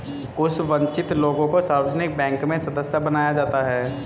कुछ वन्चित लोगों को सार्वजनिक बैंक में सदस्य बनाया जाता है